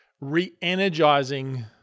re-energizing